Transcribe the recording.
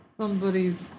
somebody's